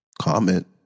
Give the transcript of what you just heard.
comment